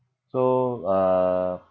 so uh